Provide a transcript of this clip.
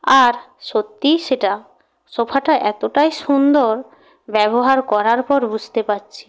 আর সত্যিই সেটা সোফাটা এতটাই সুন্দর ব্যবহার করার পর বুঝতে পারছি